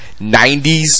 90s